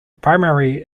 primary